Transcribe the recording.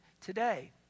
today